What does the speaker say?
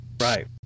Right